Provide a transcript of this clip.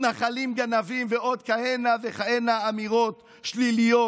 מתנחלים גנבים ועוד כהנה וכהנה אמירות שליליות,